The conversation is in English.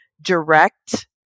direct